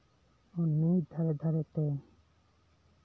ᱱᱟᱹᱭ ᱫᱷᱟᱨᱮ ᱫᱷᱟᱨᱮᱛᱮ